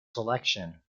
selection